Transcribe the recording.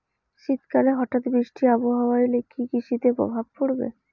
শীত কালে হঠাৎ বৃষ্টি আবহাওয়া এলে কি কৃষি তে প্রভাব পড়বে?